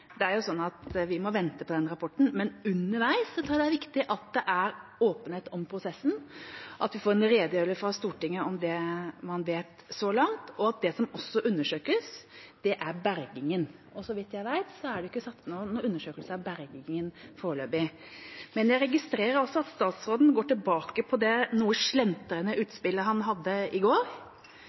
Vi må vente på den rapporten, men underveis tror jeg det er viktig at det er åpenhet om prosessen, at vi får en redegjørelse i Stortinget om det man vet så langt, og at det som også undersøkes, er bergingen. Så vidt jeg vet, er det ikke snakk om noen undersøkelse av bergingen foreløpig. Jeg registrerer altså at statsråden går tilbake på det noe slentrende utspillet han hadde i går.